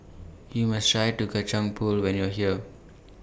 YOU must Try to Kacang Pool when YOU Are here